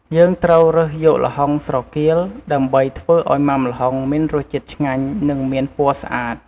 យើងត្រូវរើសយកល្ហុងស្រគាល ដើម្បីធ្វើឱ្យធ្វើមុាំល្ហុងមានរសជាតិឆ្ងាញ់ និងមានពណ៌ស្អាត ។